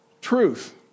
truth